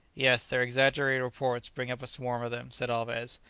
yes, their exaggerated reports bring up a swarm of them, said alvez.